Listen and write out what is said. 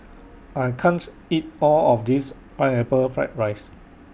I can't eat All of This Pineapple Fried Rice